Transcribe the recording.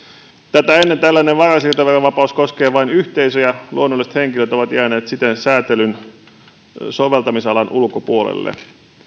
tätä ennen tällainen varainsiirtoverovapaus on koskenut vain yhteisöjä luonnolliset henkilöt ovat jääneet siten säätelyn soveltamisalan ulkopuolelle